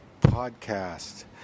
podcast